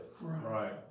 Right